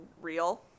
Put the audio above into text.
real